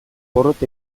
porrot